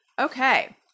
okay